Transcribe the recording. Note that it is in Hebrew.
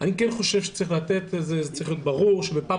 אני כן חושב שצריך להיות ברור שבפעם